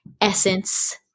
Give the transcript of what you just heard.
essence